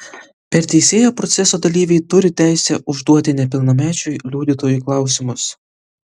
per teisėją proceso dalyviai turi teisę užduoti nepilnamečiui liudytojui klausimus